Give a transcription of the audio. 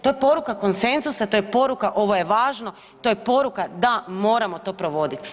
To je poruka konsenzusa, to je poruka ovo je važno, to je poruka da moramo to provoditi.